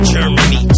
Germany